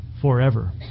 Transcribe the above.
forever